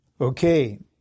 Okay